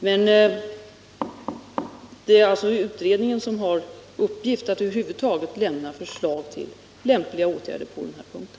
Men utredningen har alltså till uppgift att framlägga förslag till lämpliga åtgärder på den här punkten.